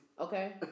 Okay